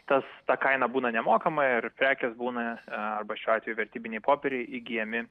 tas ta kaina būna nemokama ir prekės būna arba šiuo atveju vertybiniai popieriai įgyjami